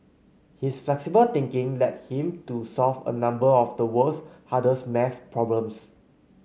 his flexible thinking led him to solve a number of the world's hardest math problems